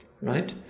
Right